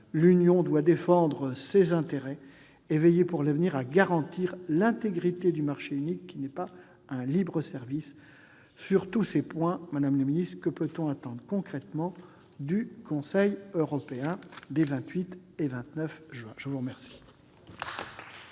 L'Union doit défendre ses intérêts et veiller, pour l'avenir, à garantir l'intégrité du marché unique, qui n'est pas un libre-service. Sur tous ces points, que peut-on attendre concrètement du Conseil européen des 28 et 29 juin prochains